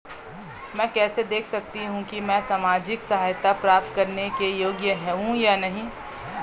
मैं कैसे देख सकती हूँ कि मैं सामाजिक सहायता प्राप्त करने के योग्य हूँ या नहीं?